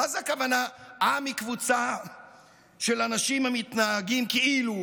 מה הכוונה ב"עם היא קבוצה של אנשים המתנהגים כאילו